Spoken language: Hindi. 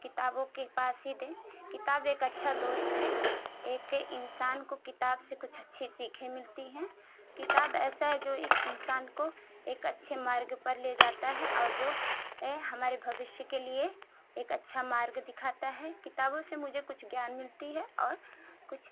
किताबों के पास ही दें किताब एक अच्छा दोस्त है एक इंसान को किताब से कुछ अच्छी सीखें मिलती हैं किताब ऐसा है जो एक इंसान को एक अच्छे मार्ग पर ले जाता है और जो हमारे भविष्य के लिए एक अच्छा मार्ग दिखाता है किताबों से मुझे कुछ ज्ञान मिलती है और कुछ